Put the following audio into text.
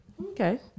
Okay